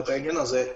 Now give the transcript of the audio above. נכון?